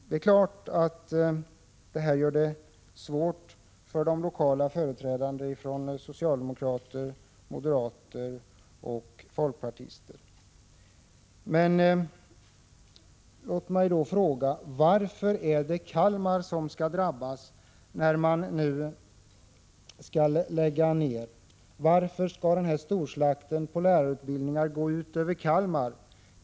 Det är klart att detta gör det svårt för de lokala företrädarna för socialdemokrater, moderater och folkpartister. Men låt mig fråga: Varför är det Kalmar som skall drabbas när utbildningen nu skall läggas ned? Varför skall storslakten på lärarutbildningar gå ut över Kalmar?